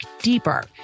deeper